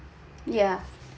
yeah